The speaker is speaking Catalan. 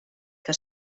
que